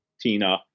Tina